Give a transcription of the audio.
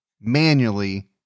manually